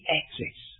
access